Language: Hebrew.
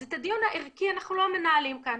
אז את הדיון הערכי אנחנו לא מנהלים כאן.